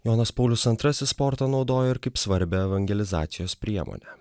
jonas paulius antrasis sportą naudoja ir kaip svarbią evangelizacijos priemonę